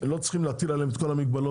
לא צריכים להטיל עליהם את כל המגבלות,